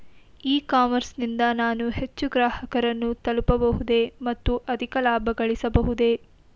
E commerce ನಿಂದ ನಾನು ಹೆಚ್ಚು ಗ್ರಾಹಕರನ್ನು ತಲುಪಬಹುದೇ ಮತ್ತು ಅಧಿಕ ಲಾಭಗಳಿಸಬಹುದೇ?